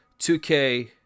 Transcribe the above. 2K